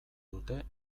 dute